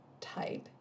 type